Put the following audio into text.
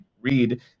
read